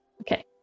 Okay